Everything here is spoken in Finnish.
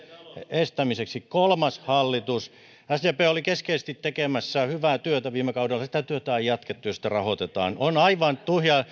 estämiseksi kolmas hallitus sdp oli keskeisesti tekemässä hyvää työtä viime kaudella sitä työtä on jatkettu ja sitä rahoitetaan on aivan